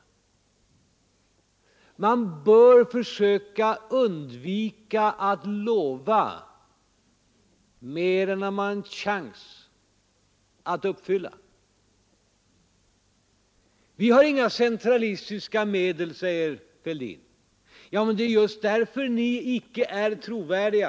Därför bör man försöka undvika att lova mer än man har en chans att uppfylla. Vi har inga centralistiska medel, säger herr Fälldin. Ja, men det är just därför som ni inte är trovärdiga!